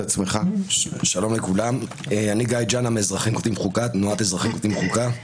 שלום לכולם, אני מתנועת אזרחים כותבים חוקה.